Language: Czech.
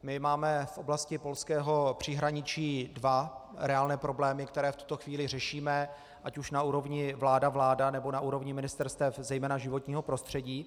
My máme v oblasti polského příhraničí dva reálné problémy, které v tuto chvíli řešíme, ať už na úrovni vláda vláda, nebo na úrovni ministerstev, zejména životního prostředí.